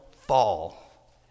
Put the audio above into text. fall